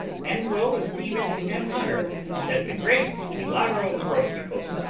and will esteem it an honour that the great hilaro frosticos,